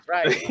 Right